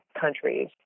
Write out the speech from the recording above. countries